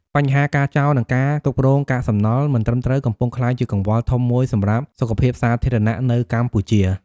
បញ្ហាការចោល និងការគ្រប់គ្រងកាកសំណល់មិនត្រឹមត្រូវ កំពុងក្លាយជាកង្វល់ធំមួយសម្រាប់សុខភាពសាធារណៈនៅកម្ពុជា។